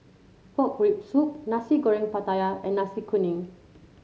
Pork Rib Soup Nasi Goreng Pattaya and Nasi Kuning